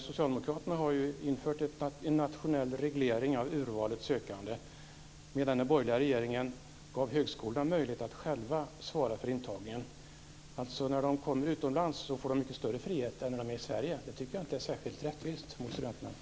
Socialdemokraterna har ju infört en nationell reglering av urvalet sökande, medan den borgerliga regeringen gav högskolorna möjlighet att själva svara för intagningen. När studenterna kommer utomlands får de alltså mycket större frihet än när de är i Sverige. Det tycker jag inte är särskilt rättvist mot studenterna.